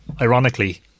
ironically